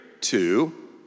two